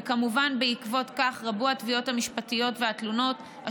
וכמובן בעקבות כך רבו התביעות המשפטיות והתלונות,